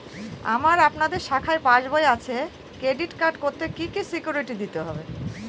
আমার আপনাদের শাখায় পাসবই আছে ক্রেডিট কার্ড করতে কি কি সিকিউরিটি দিতে হবে?